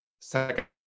second